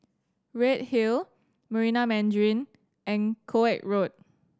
Redhill Marina Mandarin and Koek Road